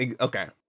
okay